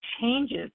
changes